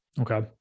Okay